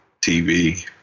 TV